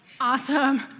Awesome